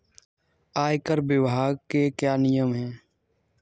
आयकर विभाग के क्या नियम हैं?